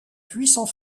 puissant